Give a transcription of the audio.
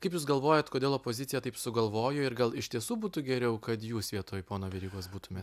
kaip jūs galvojat kodėl opozicija taip sugalvojo ir gal iš tiesų būtų geriau kad jūs vietoj pono verygos būtumėte